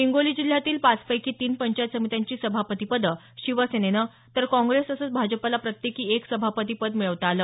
हिंगोली जिल्ह्यातील पाचपैकी तीन पंचायत समित्यांची सभापती पदं शिवसेनेनं तर काँग्रेस तसंच भाजपला प्रत्येकी एक सभापती पद मिळवता आलं